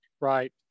right